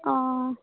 অঁ